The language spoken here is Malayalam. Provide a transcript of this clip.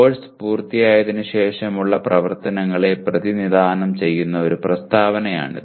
കോഴ്സ് പൂർത്തിയായതിന് ശേഷമുള്ള പ്രവർത്തനങ്ങളെ പ്രതിനിധാനം ചെയ്യുന്ന ഒരു പ്രസ്താവനയാണിത്